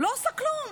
לא עושה כלום.